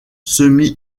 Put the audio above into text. semi